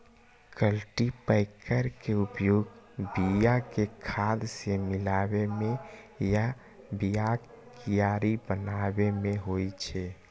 cultipacker के उपयोग बिया कें खाद सं मिलाबै मे आ बियाक कियारी बनाबै मे होइ छै